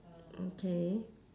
okay